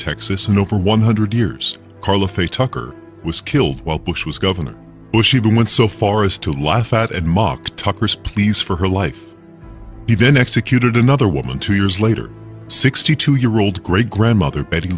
texas in over one hundred years karla faye tucker was killed while bush was governor bush even went so far as to laugh at and mocked tucker's pleas for her life even executed another woman two years later sixty two year old great grandmother bett